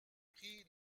pris